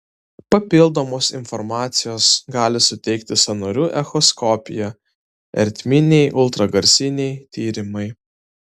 papildomos informacijos gali suteikti sąnarių echoskopija ertminiai ultragarsiniai tyrimai